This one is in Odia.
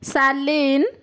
ସାଲିନ୍